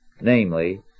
namely